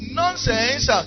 nonsense